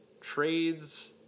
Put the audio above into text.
trades